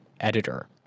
editor